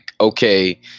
okay